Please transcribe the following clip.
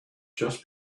just